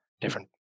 different